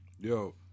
Yo